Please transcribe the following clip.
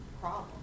problem